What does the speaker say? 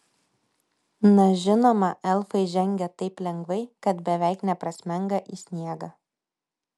na žinoma elfai žengia taip lengvai kad beveik neprasmenga į sniegą